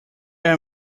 are